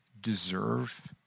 deserve